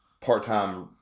part-time